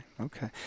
okay